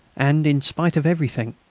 and, in spite of everything,